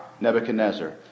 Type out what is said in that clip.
Nebuchadnezzar